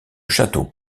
château